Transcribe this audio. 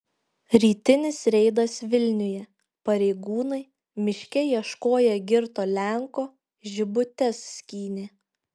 rytinis reidas vilniuje pareigūnai miške ieškoję girto lenko žibutes skynė